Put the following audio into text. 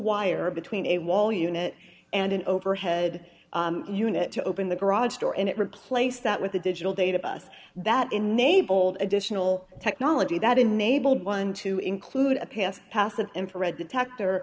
wire between a wall unit and an overhead unit to open the garage door and it replaced that with a digital data bus that enabled additional technology that enabled one to include a pass pass an infrared detector